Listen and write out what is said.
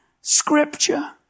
scripture